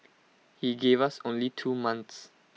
he gave us only two months